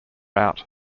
out